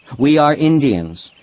we are indians!